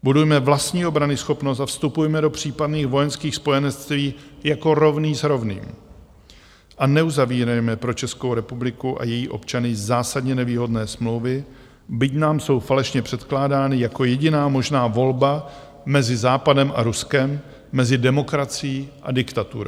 Budujme vlastní obranyschopnost a vstupujme do případných vojenských spojenectví jako rovný s rovným a neuzavírejme pro Českou republiku a její občany zásadně nevýhodné smlouvy, byť nám jsou falešně předkládány jako jediná možná volba mezi Západem a Ruskem, mezi demokracií a diktaturou.